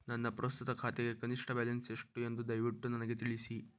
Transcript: ನನ್ನ ಪ್ರಸ್ತುತ ಖಾತೆಗೆ ಕನಿಷ್ಟ ಬ್ಯಾಲೆನ್ಸ್ ಎಷ್ಟು ಎಂದು ದಯವಿಟ್ಟು ನನಗೆ ತಿಳಿಸಿ